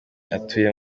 atuye